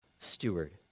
Steward